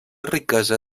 riquesa